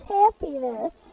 happiness